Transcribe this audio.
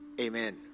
Amen